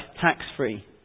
tax-free